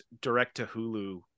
direct-to-Hulu